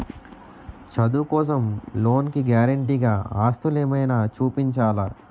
చదువు కోసం లోన్ కి గారంటే గా ఆస్తులు ఏమైనా చూపించాలా?